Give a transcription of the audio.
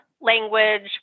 language